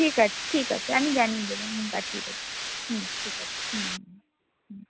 ঠিক আছে ঠিক আছে আমি জানিয়ে দেবো আমি পাঠিয়ে দেবো হুম ঠিক আছে হুম হুম হুম হুম